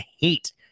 hate